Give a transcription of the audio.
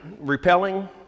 repelling